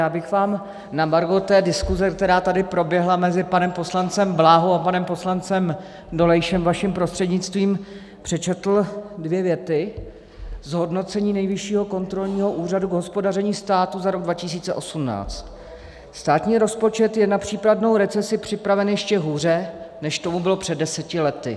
Já bych vám na margo té diskuze, která tady proběhla mezi panem poslancem Bláhou a panem poslancem Dolejšem, vaším prostřednictvím, přečetl dvě věty z hodnocení Nejvyššího kontrolního úřadu k hospodaření státu za rok 2018: Státní rozpočet je na případnou recesi připraven ještě hůře, než tomu bylo před deseti lety.